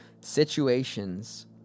situations